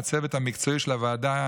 הצוות המקצועי של הוועדה,